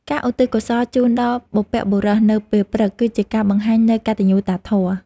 ការឧទ្ទិសកុសលជូនដល់បុព្វបុរសនៅពេលព្រឹក គឺជាការបង្ហាញនូវកតញ្ញូតាធម៌។